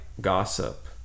gossip